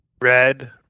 Red